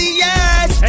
yes